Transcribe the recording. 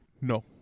No